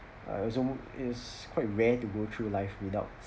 I also is quite rare to go through life without